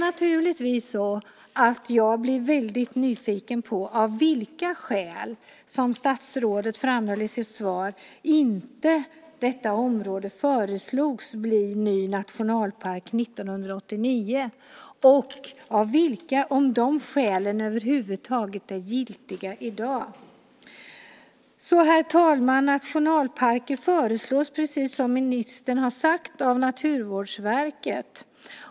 Naturligtvis blir jag väldigt nyfiken på av vilka skäl detta område inte föreslogs, som statsrådet framhöll i sitt svar, bli ny nationalpark 1989 och vilka av de skälen som över huvud taget är giltiga i dag. Herr talman! Nationalparker föreslås, precis som ministern har sagt, av Naturvårdsverket.